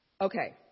okay